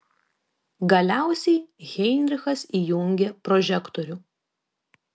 galiausiai heinrichas įjungė prožektorių